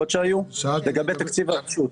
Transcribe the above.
לגבי תקציב הרשות.